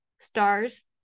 stars